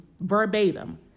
verbatim